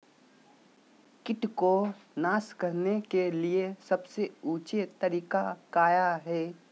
किट को नास करने के लिए सबसे ऊंचे तरीका काया है?